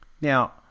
now